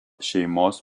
šeimos